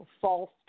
false